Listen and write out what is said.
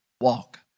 Walk